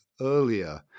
earlier